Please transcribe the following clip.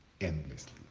endlessly